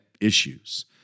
issues